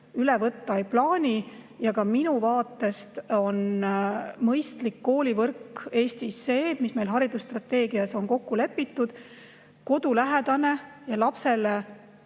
üle võtta ei plaani ja ka minu vaatest on mõistlik koolivõrk Eestis selline, mis meil on haridusstrateegias kokku lepitud. Kodulähedane ja lapsele